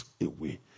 away